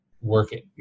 working